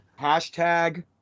Hashtag